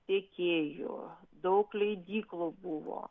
tiekėjų daug leidyklų buvo